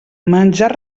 menjar